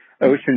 Ocean